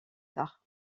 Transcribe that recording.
tard